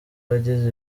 yagize